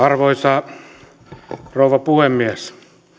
arvoisa rouva puhemies